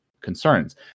concerns